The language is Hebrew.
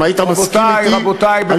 אם היית מסכים אתי, רבותי, רבותי, בבקשה מכם.